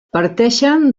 parteixen